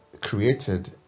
created